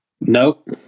Nope